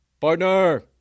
Partner